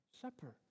Supper